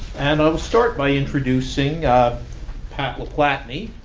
and i'll start by introducing um pat laplatney.